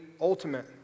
ultimate